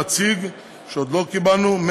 נציג שעוד לא קיבלנו את שמו,